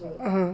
(uh huh)